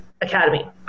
academy